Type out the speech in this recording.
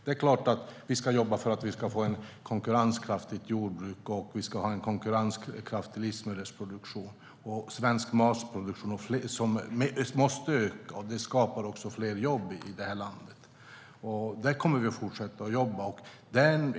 Det är klart att vi ska jobba för att vi ska få ett konkurrenskraftigt jordbruk och en konkurrenskraftig livsmedelsproduktion. Svensk matproduktion måste öka, och det skapar också fler jobb i det här landet. Detta kommer vi att fortsätta jobba för.